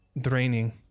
draining